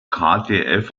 kdf